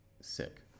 sick